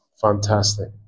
Fantastic